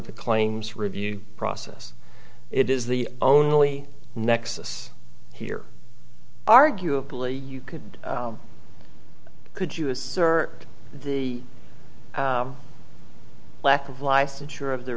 the claims review process it is the only nexus here arguably you could could you assert the lack of licensure of the